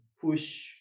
push